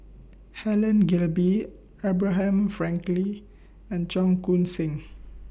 Helen Gilbey Abraham Frankel and Cheong Koon Seng